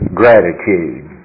gratitude